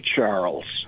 Charles